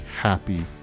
happy